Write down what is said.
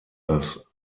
das